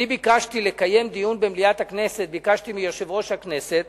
ביקשתי מיושב-ראש הכנסת